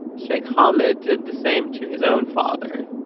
sheikh hamad did the same to his own father,